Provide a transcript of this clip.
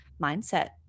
mindset